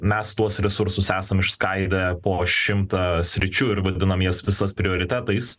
mes tuos resursus esam išskaidę po šimtą sričių ir vadinam jas visas prioritetais